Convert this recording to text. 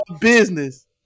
business